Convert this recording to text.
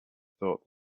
thought